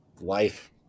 life